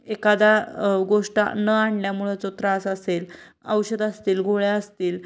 एखादा गोष्ट न आणल्यामुळं जो त्रास असेल औषधं असतील गोळ्या असतील